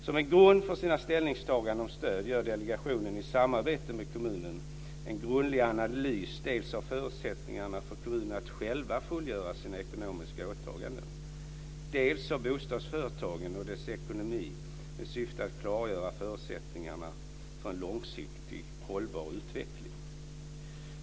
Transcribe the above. Som en grund för sina ställningstaganden om stöd gör delegationen i samarbete med kommunen en grundlig analys dels av förutsättningarna för kommunen att själv fullgöra sina ekonomiska åtaganden, dels av bostadsföretaget och dess ekonomi med syfte att klargöra förutsättningarna för en långsiktigt hållbar utveckling.